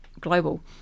global